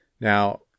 Now